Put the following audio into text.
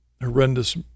horrendous